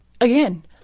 again